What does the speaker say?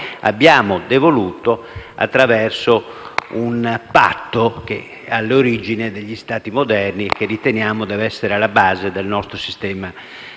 abbiamo devoluto attraverso un patto che è all'origine degli Stati moderni e che riteniamo debba essere alla base anche del nostro sistema sociale